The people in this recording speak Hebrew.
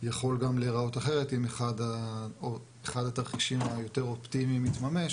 יכול גם להיראות אחרת אם אחד התרחישים היותר אופטימיים יתממש